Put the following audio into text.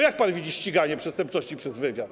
Jak pan widzi ściganie przestępczości przez wywiad?